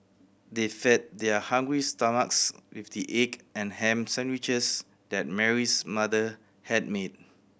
they fed their hungry stomachs with the egg and ham sandwiches that Mary's mother had made